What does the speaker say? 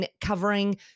covering